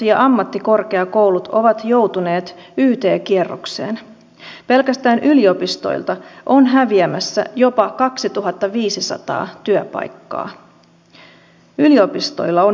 ja tämä uusi ongelma jonka tuossa kuulin oli toinen näistä mantroista mitä oppositio tässä salissa on hokenut puoli vuotta sen pakkolain ohella ja se mantra on naisvaltainen pienipalkkainen ala